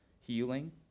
healing